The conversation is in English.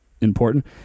important